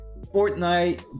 Fortnite